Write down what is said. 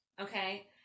Okay